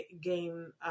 game